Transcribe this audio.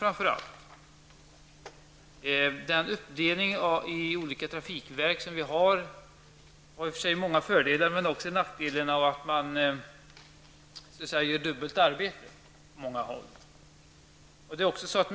Den nuvarande uppdelningen på olika trafikverk har i och för sig många fördelar men också den nackdelen att man så att säga gör dubbelt arbete på många håll.